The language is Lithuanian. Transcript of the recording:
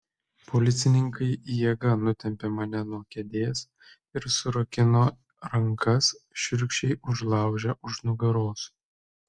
policininkai jėga nutempė mane nuo kėdės ir surakino rankas šiurkščiai užlaužę už nugaros